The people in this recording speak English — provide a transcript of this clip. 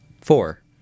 Four